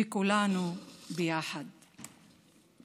וכולנו ביחד.